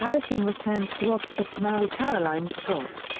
harrison returned to oxford to marry caroline scott.